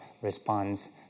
responds